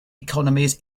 economies